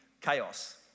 chaos